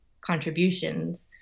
contributions